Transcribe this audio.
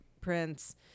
prince